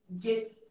get